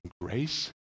grace